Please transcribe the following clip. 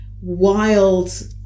wild